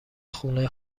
خونه